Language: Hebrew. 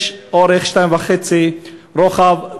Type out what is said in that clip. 6 אורך, 2.5 רוחב.